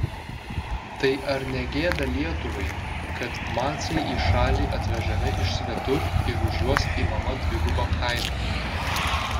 tai ar ne gėda lietuvai kad macai į šalį atvežami iš svetur ir už juos imama dviguba kaina